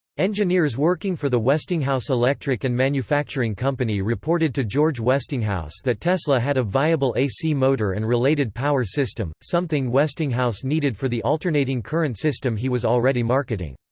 engineers working for the westinghouse electric and manufacturing company reported to george westinghouse that tesla had a viable ac motor and related power system something westinghouse needed for the alternating current system he was already marketing.